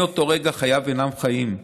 מאותו רגע חייו אינם חיים,